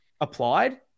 applied